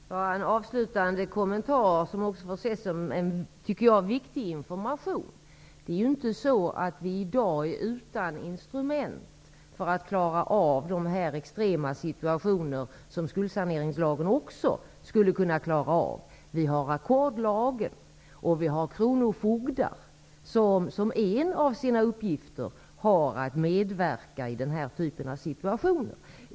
Herr talman! Låt mig göra en avslutande kommentar som också får ses som en viktig information. Vi är i dag inte utan instrument när det gäller att klara av de extrema situationer som skuldsaneringslagen också skulle kunna klara av. Vi har ackordslagen, och en av kronofogdarnas uppgifter är att medverka i den här typen av situationer.